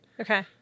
Okay